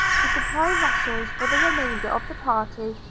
to supply rations for the remainder of the party,